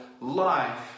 life